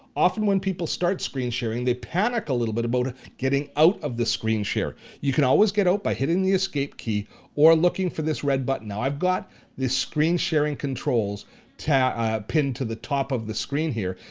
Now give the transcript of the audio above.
often when people start screen sharing, they panic a little bit about getting out of the screen share. you can always get out by hitting the escape key or looking for this red button. now, i've got the screen-sharing controls ah pinned to the top of the screen here,